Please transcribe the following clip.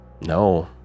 No